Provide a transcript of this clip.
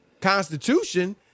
constitution